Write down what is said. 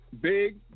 big